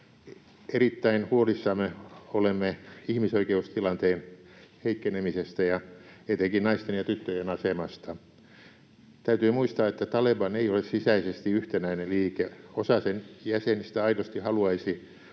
Erittäin huolissamme olemme ihmisoikeustilanteen heikkenemisestä ja etenkin naisten ja tyttöjen asemasta. Täytyy muistaa, että Taleban ei ole sisäisesti yhtenäinen liike. Osa sen jäsenistä aidosti haluaisi